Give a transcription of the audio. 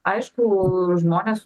aišku žmonės